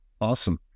Awesome